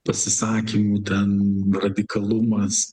pasisakymų ten radikalumas